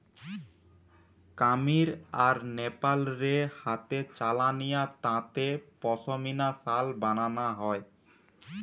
কামীর আর নেপাল রে হাতে চালানিয়া তাঁতে পশমিনা শাল বানানা হয়